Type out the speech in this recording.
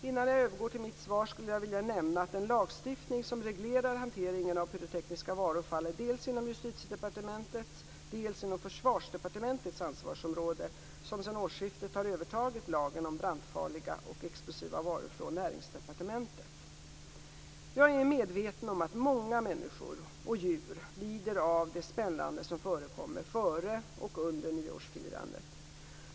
Innan jag övergår till mitt svar skulle jag vilja nämna att den lagstiftning som reglerar hanteringen av pyrotekniska varor faller inom ansvarsområdena för dels Justitiedepartementet, dels Försvarsdepartementet, som sedan årsskiftet har övertagit lagen om brandfarliga och explosiva varor från Näringsdepartementet. Jag är medveten om att många människor och djur lider av det smällande som förekommer före och under nyårsfirandet.